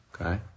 Okay